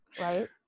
Right